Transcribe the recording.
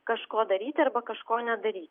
kažko daryti arba kažko nedaryti